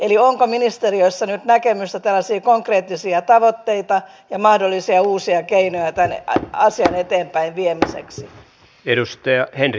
eli onko ministeriössä nyt näkemystä tällaisista konkreettisista tavoitteista ja mahdollisista uusista keinoista tämän asian eteenpäinviemiseksi